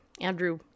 Andrew